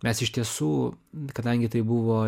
mes iš tiesų kadangi tai buvo